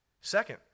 Second